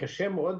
קשה מאוד,